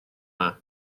dda